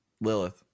lilith